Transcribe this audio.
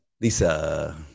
Lisa